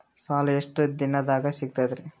ಸಾಲಾ ಎಷ್ಟ ದಿಂನದಾಗ ಸಿಗ್ತದ್ರಿ?